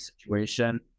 situation